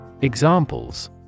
Examples